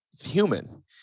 human